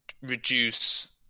reduce